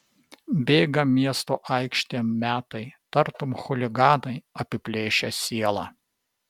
bėga miesto aikštėm metai tartum chuliganai apiplėšę sielą